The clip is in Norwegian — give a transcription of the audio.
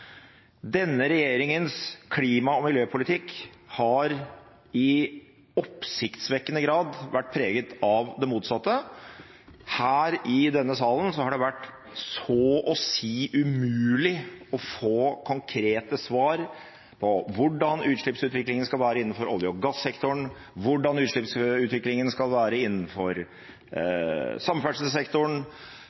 Denne regjeringens klima- og miljøpolitikk har i oppsiktsvekkende grad vært preget av det motsatte. Her i denne salen har det vært så å si umulig å få konkrete svar på hvordan utslippsutviklingen innenfor olje- og gassektoren skal være, hvordan utslippsutviklingen innenfor samferdselssektoren skal være,